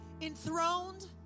enthroned